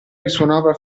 risuonava